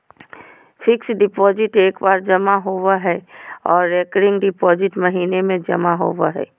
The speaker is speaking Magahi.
फिक्स्ड डिपॉजिट एक बार जमा होबो हय आर रेकरिंग डिपॉजिट महीने में जमा होबय हय